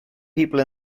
people